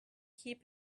keep